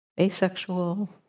asexual